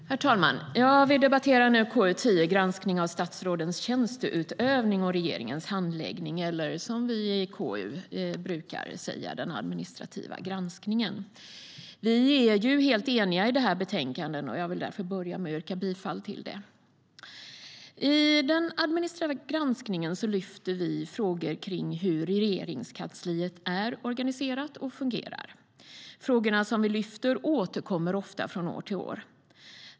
Herr talman! Vi debatterar nu KU10, granskningen av statsrådens tjänsteutövning och regeringens handläggning, eller som vi i KU brukar säga: den administrativa granskningen.I den administrativa granskningen tar vi upp frågor om hur Regeringskansliet är organiserat och hur det fungerar. Frågorna återkommer ofta från år till år.